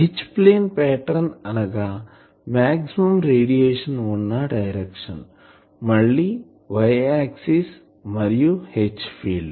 H plane pattern అనగా maximum radiation ఉన్న direction మళ్ళి Y ఆక్సిస్ మరియు H ఫీల్డ్